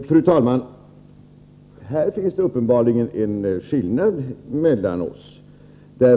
Fru talman! Här finns det uppenbarligen en skillnad mellan oss.